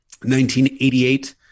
1988